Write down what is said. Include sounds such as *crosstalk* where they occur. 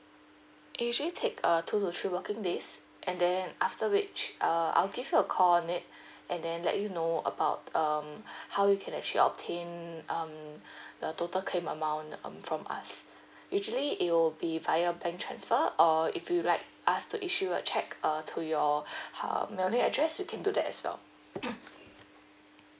it usually take uh two to three working days and then after which uh I'll give you a call on it and then let you know about um *breath* how you can actually obtain um *breath* the total claim amount um from us usually it will be via bank transfer or if you like us to issue a check uh to your *breath* uh email address we can do that as well *coughs*